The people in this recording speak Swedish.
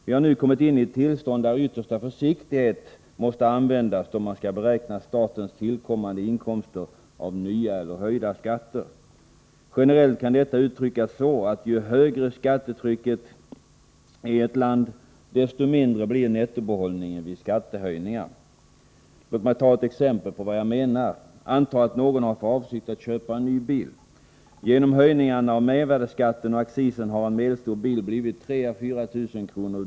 Vi har nu kommit in i ett tillstånd där yttersta försiktighet måste iakttas då man skall beräkna statens tillkommande inkomster av nya eller höjda skatter. Generellt kan detta uttryckas så att ju högre skattetrycket är i ett land, desto mindre blir nettobehållningen vid skattehöjningar. Låt mig ge ett exempel på vad jag menar. Anta att någon har för avsikt att köpa en ny bil. Genom höjningarna av mervärdeskatten och accisen har en medelstor bil blivit 3 000 å 4 000 kr.